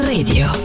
Radio